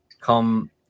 come